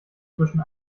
zwischen